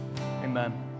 Amen